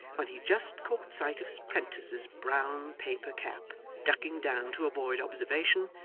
when he just caught sight of his prentice's brown paper cap ducking down to avoid observation,